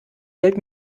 geld